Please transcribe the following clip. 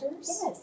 Yes